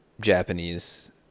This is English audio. Japanese